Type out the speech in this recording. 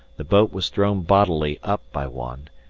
the boat was thrown bodily up by one,